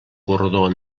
corredor